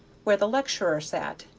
where the lecturer sat,